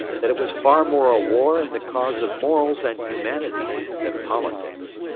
that it was far more a war in the cause of morals and humanity than politics,